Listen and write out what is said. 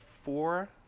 four